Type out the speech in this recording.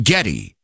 Getty